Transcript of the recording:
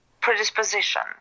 predisposition